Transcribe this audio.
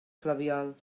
flabiol